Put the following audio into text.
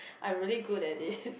I'm really good at it